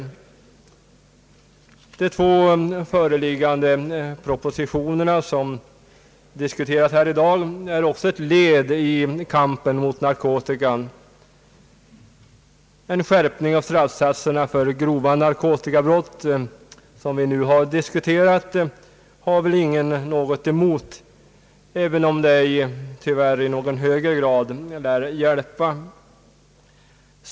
De två föreliggande propositioner som diskuteras i dag är också ett led i kampen mot narkotikan. Den skärpning av straffsatserna för grova narkotikabrott som vi nu har diskuterat har väl ingen något emot, även om den inte i någon högre grad lär hjälpa.